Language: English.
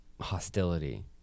hostility